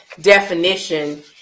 definition